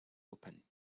open